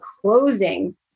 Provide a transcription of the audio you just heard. closing